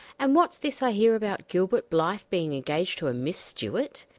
and what's this i hear about gilbert blythe being engaged to a miss stuart?